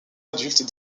adultes